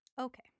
Okay